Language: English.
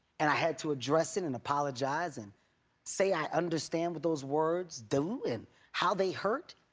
and i had to address it and apologize, and say i understand what those words do and how they hurt.